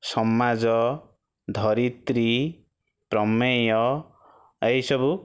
ସମାଜ ଧରିତ୍ରୀ ପ୍ରମେୟ ଏଇସବୁ